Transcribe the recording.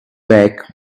back